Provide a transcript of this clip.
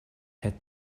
had